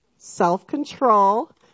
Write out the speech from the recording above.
self-control